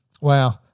Wow